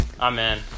Amen